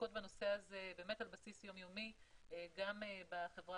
שעוסקות בנושא הזה על בסיס יום-יומי גם בחברה